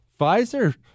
Pfizer